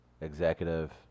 executive